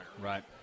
Right